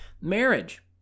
Marriage